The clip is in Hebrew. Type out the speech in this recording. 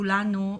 כולנו,